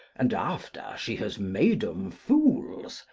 and, after she has made em fools,